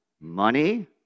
Money